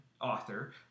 author